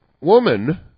woman